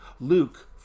Luke